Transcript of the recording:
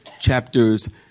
Chapters